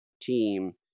team